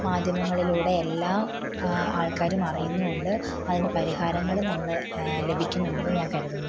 മാധ്യമങ്ങളിലൂടെ എല്ലാ ആൾക്കാരും അറിയുന്നും ഉണ്ട് അതിന് പരിഹാരങ്ങളും നമ്മള് ലഭിക്കുന്നുണ്ടെന്ന് ഞാൻ കരുതുന്നു